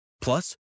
Plus